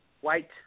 White